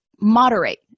moderate